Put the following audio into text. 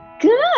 Good